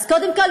אז קודם כול,